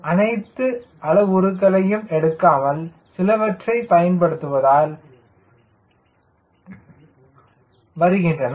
நாம் அனைத்து அளவுருக்களையும் எடுக்காமல் சிலவற்றை பயன்படுத்துவதனால் வருகின்றன